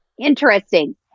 interesting